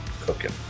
Cooking